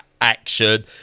action